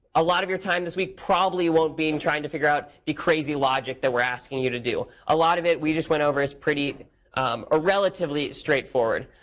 a lot of your time this week probably won't be trying to figure out the crazy logic that we're asking you to do. a lot of it we just went over is um ah relatively straightforward.